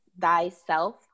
Thyself